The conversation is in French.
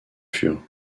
fur